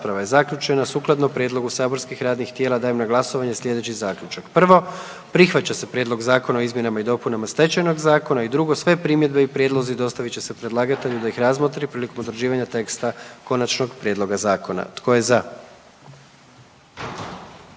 rasprava je zaključena. Sukladno prijedlogu saborskih radnih tijela dajem na glasovanje sljedeći Zaključak. 1. Prihvaća se Prijedlog Zakona o izmjenama i dopunama Zakona o prekograničnom prometu i trgovini divljim vrstama i 2. Sve primjedbe i prijedlozi dostavit će se predlagatelju da ih razmotri prilikom utvrđivanja teksta konačnog prijedloga zakona. Tko je za?